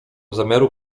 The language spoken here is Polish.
zamiaru